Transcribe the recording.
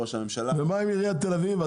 ומה עם עיריית תל אביב,